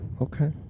Okay